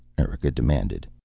erika demanded.